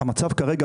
שהמצב כרגע